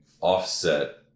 offset